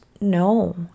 No